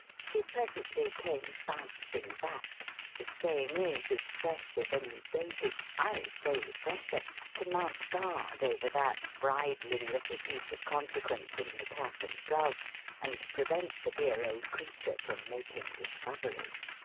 she presently came bouncing back the saying is, as fresh as any daisy i say fresher to mount guard over that bridling little piece of consequence in the cap and gloves, and prevent the dear old creature from making discoveries